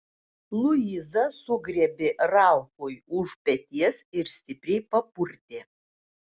luiza sugriebė ralfui už peties ir stipriai papurtė